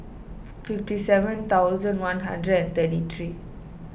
fifty seven thousand one hundred and thirty three